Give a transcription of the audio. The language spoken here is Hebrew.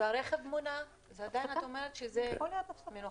והרכב מונע, עדיין את אומרת שזה מנוחה.